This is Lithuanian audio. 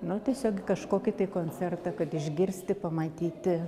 nu tiesiog kažkokį tai koncertą kad išgirsti pamatyti